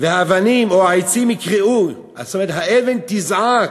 והאבנים או העצים יקראו, זאת אומרת, האבן תזעק: